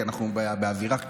כי אנחנו באווירה חיובית,